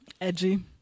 Edgy